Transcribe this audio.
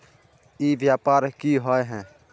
ई व्यापार की होय है?